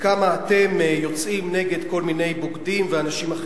וכמה אתם יוצאים נגד כל מיני בוגדים ואנשים אחרים.